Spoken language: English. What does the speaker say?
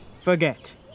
forget